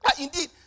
Indeed